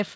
F